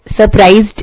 surprised